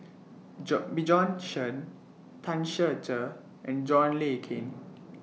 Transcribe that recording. Joe Bjorn Shen Tan Ser Cher and John Le Cain